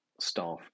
staff